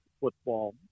football